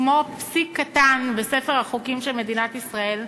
כמו פסיק קטן בספר החוקים של מדינת ישראל,